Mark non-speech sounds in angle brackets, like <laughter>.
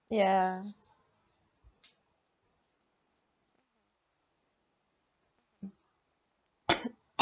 yeah <coughs>